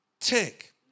tick